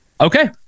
Okay